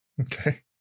okay